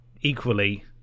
equally